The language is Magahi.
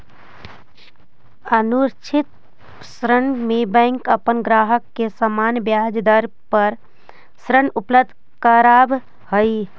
असुरक्षित ऋण में बैंक अपन ग्राहक के सामान्य ब्याज दर पर ऋण उपलब्ध करावऽ हइ